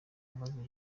abazize